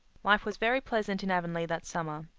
life was very pleasant in avonlea that summer,